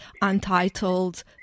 untitled